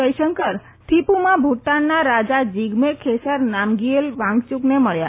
જયશંકર થીપુમાં ભુટાનના રાજા જીગમે ખેસર નામગિયેલ વાંગચુકને મળ્યા